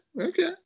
Okay